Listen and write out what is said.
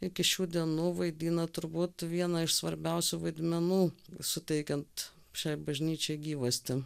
iki šių dienų vaidina turbūt vieną iš svarbiausių vaidmenų suteikiant šiai bažnyčiai gyvastį